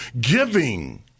giving